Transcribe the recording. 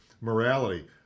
Morality